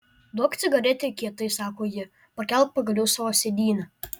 duok cigaretę kietai sako ji pakelk pagaliau savo sėdynę